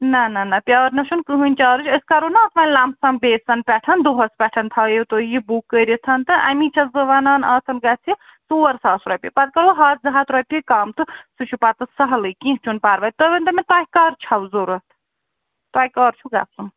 نہَ نہَ نہَ پرٛارَنس چھُنہٕ کٕہٕنٛۍ چارٕج أسۍ کَرو نا اَتھ وۅنۍ لَمب سَم بیسَن پٮ۪ٹھ دۄہَس پٮ۪ٹھ تھٲوِو تُہۍ یہِ بُک کٔرِتھ تہٕ اَمی چھِس بہٕ وَنان آتھ زن گژھِ ژور ساس رۄپیہِ پَتہٕ کَرو ہَتھ زٕ ہَتھ رۄپیہِ کَم تہٕ سُہ چھُ پَتہٕ سَہلٕے کیٚنٛہہ چھُنہٕ پَرواے تُہۍ ؤنۍتو مےٚ تۄہہِ کَر چھَو ضروٗرت تۄہہِ کَر چھُو گژھُن